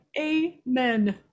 amen